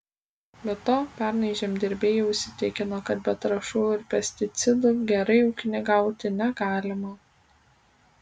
be to pernai žemdirbiai jau įsitikino kad be trąšų ir pesticidų gerai ūkininkauti negalima